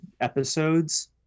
episodes